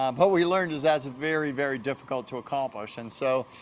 um what we learned is that's very, very difficult to accomplish and, so,